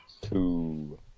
Two